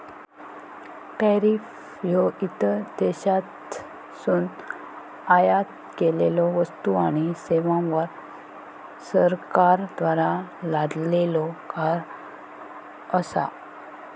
tariff ह्यो इतर देशांतसून आयात केलेल्यो वस्तू आणि सेवांवर सरकारद्वारा लादलेलो कर असा